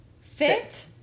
Fit